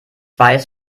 weiß